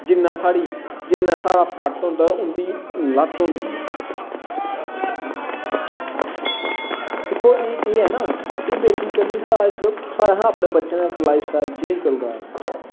जिन्ना साढ़ा पट्ट होंदा उं'दी लत्त होंदी ऐ दिक्खो एह् केह् ऐ ना एह् बेसिकली साढ़ा इक साढ़ा असें अपने बच्चें दा लाईफ स्टाईल चेंज करी ओड़े दा